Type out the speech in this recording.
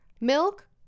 milk